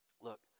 Look